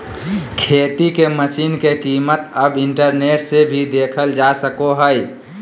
खेती के मशीन के कीमत अब इंटरनेट से भी देखल जा सको हय